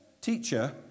Teacher